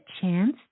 chance